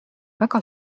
väga